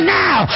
now